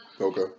Okay